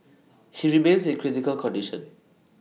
he remains in critical condition